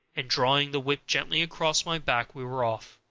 and drawing the whip gently across my back, we were off.